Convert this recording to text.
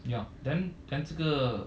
yup then then 这个